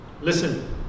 Listen